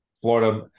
Florida